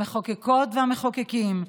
המחוקקות והמחוקקים,